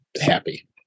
happy